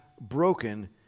broken